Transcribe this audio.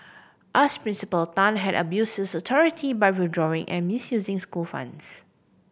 as principal Tan had abused his authority by withdrawing and misusing school funds